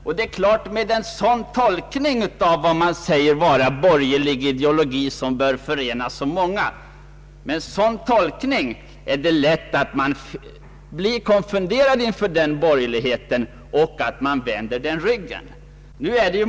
Med en sådan tolkning av begreppet borgerlig ideologi som sägs förena så många är det lätt att bli konfunderad och vända borgerligheten ryggen.